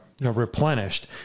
replenished